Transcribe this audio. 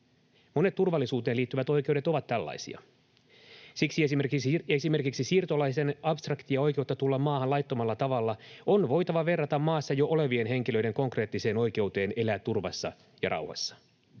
Monet turvallisuuteen liittyvät oikeudet ovat tällaisia. Siksi esimerkiksi siirtolaisen abstraktia oikeutta tulla maahan laittomalla tavalla on voitava verrata maassa jo olevien henkilöiden konkreettiseen oikeuteen elää turvassa ja rauhassa.